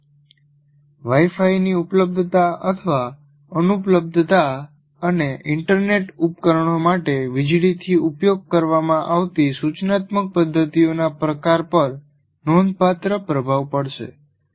વાઈ ફાઈની ઉપલબ્ધતા અથવા અનુપલબ્ધતા અને ઈન્ટરનેટ ઉપકરણો માટે વીજળીથી ઉપયોગ કરવામાં આવતી સૂચનાત્મક પદ્ધતિઓના પ્રકાર પર નોંધપાત્ર પ્રભાવ પડશે